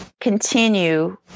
continue